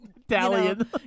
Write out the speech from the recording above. Italian